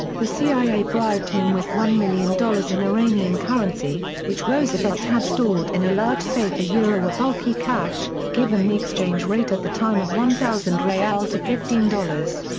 the cia bribed him with one million dollars in iranian currency, which roosevelt had stored in a large safe ah a bulky cache, given the exchange rate at the time of one thousand rial to fifteen dollars.